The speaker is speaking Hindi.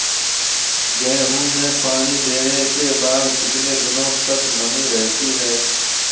गेहूँ में पानी देने के बाद कितने दिनो तक नमी रहती है?